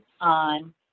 on